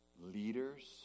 Leaders